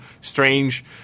strange